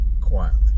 quietly